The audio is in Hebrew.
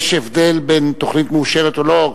יש הבדל בין תוכנית מאושרת או לא,